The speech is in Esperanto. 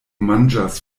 manĝas